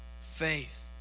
faith